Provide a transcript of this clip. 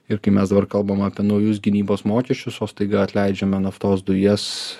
ir kai mes dabar kalbam apie naujus gynybos mokesčius o staiga atleidžiame naftos dujas